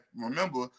remember